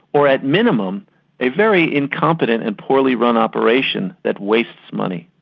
or at minimum a very incompetent and poorly run operation that wastes money.